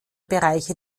bereiche